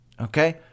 Okay